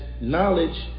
knowledge